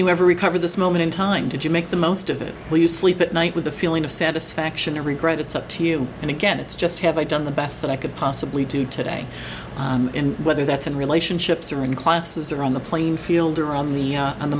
you ever recover this moment in time did you make the most of it while you sleep at night with a feeling of satisfaction or regret it's up to you and again it's just have i done the best that i could possibly do today whether that's in relationships or in classes or on the playing field or on the on the